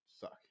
suck